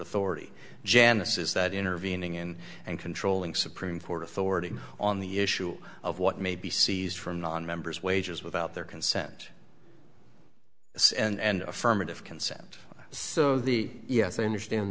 janice's that intervening in and controlling supreme court authority on the issue of what may be seized from nonmembers wages without their consent and affirmative consent so the yes i understand